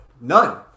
None